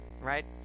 right